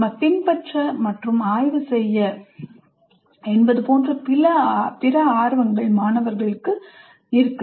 பின்பற்ற மற்றும் ஆய்வு செய்ய என்பது போன்ற பிற ஆர்வங்கள் மாணவர்களுக்கு இருக்கலாம்